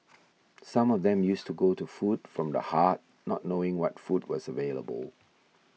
some of them used to go to Food from the Heart not knowing what food was available